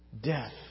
death